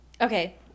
Okay